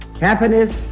happiness